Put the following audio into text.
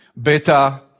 beta